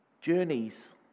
journeys